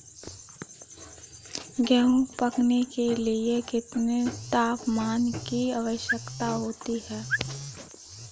गेहूँ पकने के लिए कितने तापमान की आवश्यकता होती है?